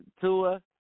Tua